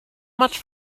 much